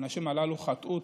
האנשים הללו חטאו,